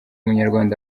munyarwanda